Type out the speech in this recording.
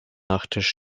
nachttisch